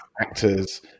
actors